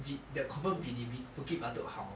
比 that confirm 比 D 比 bukit batok 好